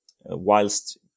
Whilst